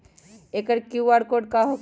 एकर QR code का होकेला?